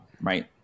right